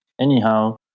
anyhow